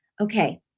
Okay